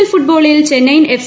L ഫുട്ബോളിൽ Chennaiyin F